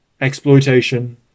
exploitation